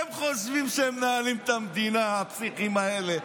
הם חושבים שהם מנהלים את המדינה, הפסיכים האלה.